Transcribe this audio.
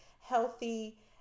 healthy